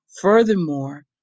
Furthermore